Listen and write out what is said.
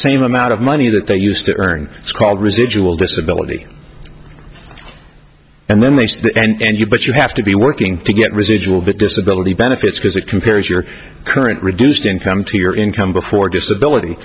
same amount of money that they used to earn it's called residual disability and then makes the end you but you have to be working to get residual that disability benefits because it compares your current reduced income to your income before disability